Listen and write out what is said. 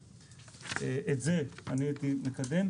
את זה אני הייתי מקדם,